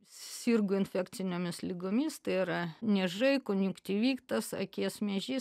sirgo infekcinėmis ligomis tai yra niežai konjunktyvitas akies miežys ir pradžioj įrašyta kad sūriai